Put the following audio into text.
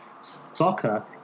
soccer